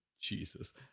Jesus